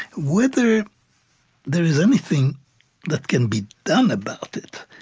whether there is anything that can be done about it,